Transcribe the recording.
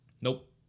Nope